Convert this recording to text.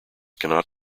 cannot